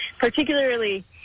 particularly